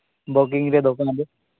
ᱵᱚᱜᱤᱝ ᱨᱮ ᱫᱚᱦᱚ ᱠᱟᱱᱟᱞᱤᱧ